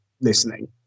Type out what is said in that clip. listening